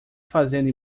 fazendo